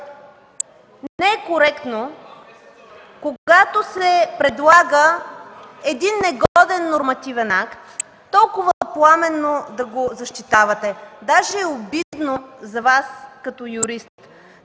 Не е коректно когато се предлага един негоден нормативен акт, толкова пламенно да го защитавате. Даже е обидно за Вас като юрист.